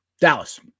Dallas